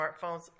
smartphones